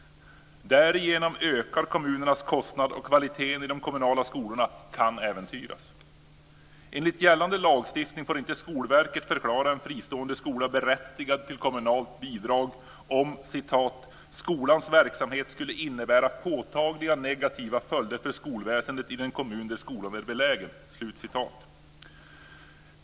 Därigenom ökar kommunernas kostnader, och kvaliteten i de kommunala skolorna kan äventyras. Enligt gällande lagstiftning får Skolverket inte förklara en fristående skola berättigad till kommunalt bidrag om "skolans verksamhet skulle innebära påtagliga negativa följder för skolväsendet i den kommun där skolan är belägen".